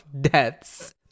deaths